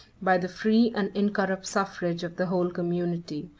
by the free and incorrupt suffrage of the whole community.